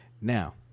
now